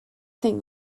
think